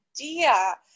idea